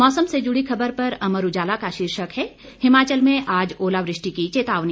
मौसम से जुड़ी खबर पर अमर उजाला का शीर्षक है हिमाचल में आज ओलावृष्टि की चेतावनी